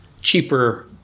cheaper